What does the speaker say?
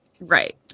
Right